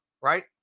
right